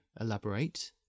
elaborate